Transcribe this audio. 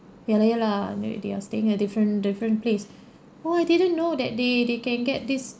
ya lah ya lah maybe they are staying at different different place oh I didn't know that they they can get this